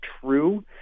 true